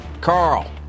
Carl